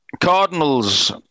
Cardinals